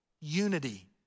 unity